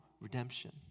redemption